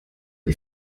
die